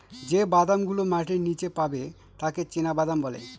যে বাদাম গুলো মাটির নীচে পাবে তাকে চীনাবাদাম বলে